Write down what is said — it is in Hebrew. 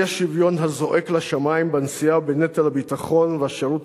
האי-שוויון הזועק לשמים בנשיאה בנטל הביטחון והשירות